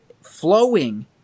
flowing